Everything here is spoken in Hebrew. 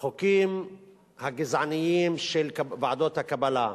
החוקים הגזעניים של ועדות הקבלה,